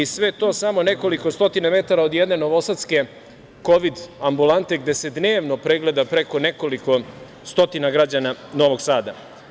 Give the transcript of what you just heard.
Sve to samo nekoliko stotina metara od jedne novosadske kovid ambulante gde se dnevno pregleda preko nekoliko stotina građana Novog Sada.